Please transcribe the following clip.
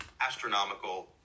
astronomical